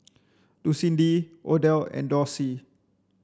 Lucindy Odell and Dorsey